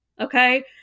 Okay